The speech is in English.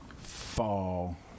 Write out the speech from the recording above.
fall